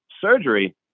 surgery